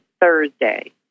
Thursday